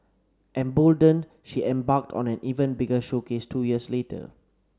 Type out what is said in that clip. emboldened she embarked on an even bigger showcase two years later